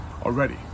already